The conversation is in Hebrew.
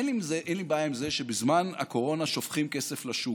אין לי בעיה עם זה שבזמן הקורונה שופכים כסף לשוק,